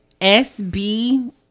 sb